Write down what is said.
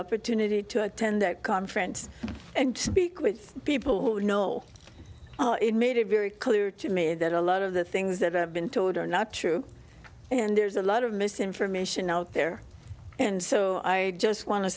opportunity to attend that conference and speak with people who know it made it very clear to me that a lot of the things that i've been told are not true and there's a lot of misinformation out there and so i just want to